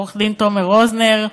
עורך-דין תומר רוזנר,